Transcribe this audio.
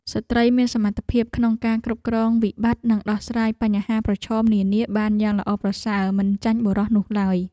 ស្ត្រីមានសមត្ថភាពក្នុងការគ្រប់គ្រងវិបត្តិនិងដោះស្រាយបញ្ហាប្រឈមនានាបានយ៉ាងល្អប្រសើរមិនចាញ់បុរសនោះឡើយ។